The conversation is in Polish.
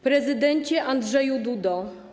Prezydencie Andrzeju Duda!